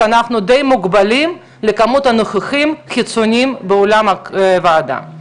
אנחנו די מוגבלים בכמות הנוכחים החיצוניים באולם הוועדה.